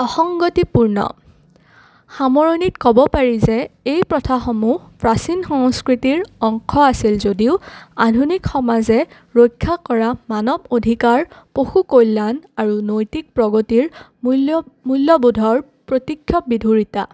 অসংগতিপূৰ্ণ সামৰণীত ক'ব পাৰি যে এই প্ৰথাসমূহ প্ৰাচীন সংস্কৃতিৰ অংশ আছিল যদিও আধুনিক সমাজে ৰক্ষা কৰা মানৱ অধিকাৰ পশু কল্যাণ আৰু নৈতিক প্ৰগতিৰ মূল্য মূল্যবোধৰ প্ৰতীক্ষ বিধুৰিতা